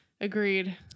agreed